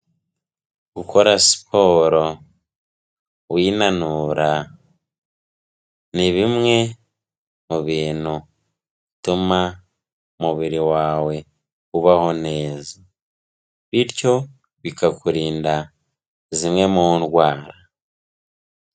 Gukora siporo winanura, ni bimwe mu bintu bituma umubiri wawe ubaho neza, bityo bikakurinda zimwe mu ndwara.